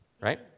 right